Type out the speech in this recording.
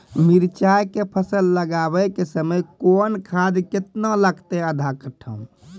मिरचाय के फसल लगाबै के समय कौन खाद केतना लागतै आधा कट्ठा मे?